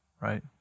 right